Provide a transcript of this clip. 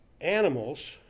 animals